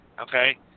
Okay